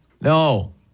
no